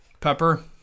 Pepper